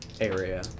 area